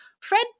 Fred